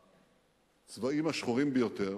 בצבעים השחורים ביותר.